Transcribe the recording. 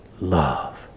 love